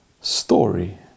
story